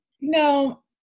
No